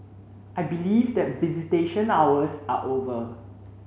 I believe that visitation hours are over